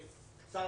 בקצרה.